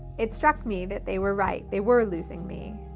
it struck me that they were right, they were losing me.